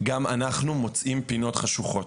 אנחנו מוצאים פינות חשוכות,